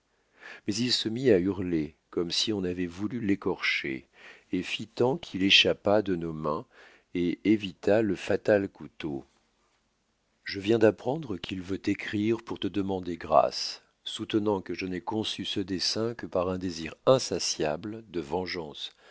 mais il se mit à hurler comme si on avoit voulu l'écorcher et fit tant qu'il échappa de nos mains et évita le fatal couteau je viens d'apprendre qu'il veut t'écrire pour te demander grâce soutenant que je n'ai conçu ce dessein que par un désir insatiable de vengeance